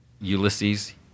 Ulysses